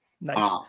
Nice